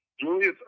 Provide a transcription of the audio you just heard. Julius